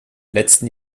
letzten